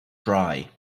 dry